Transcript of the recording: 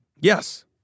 Yes